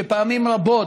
שפעמים רבות,